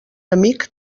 amic